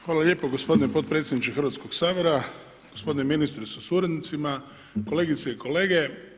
Hvala lijepo gospodine potpredsjedniče Hrvatskog sabora, gospodine ministre sa suradnicima, kolegice i kolege.